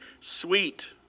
sweet